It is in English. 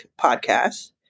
podcast